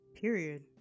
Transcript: Period